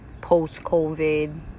post-covid